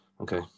Okay